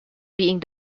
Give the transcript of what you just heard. being